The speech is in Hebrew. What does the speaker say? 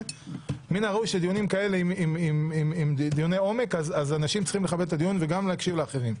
מן הראוי שבדיוני עומק כאלה אנשים יכבדו את הדיון וגם יקשיבו לאחרים.